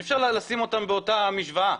אי אפשר לשים אותה באותה משוואה.